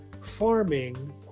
farming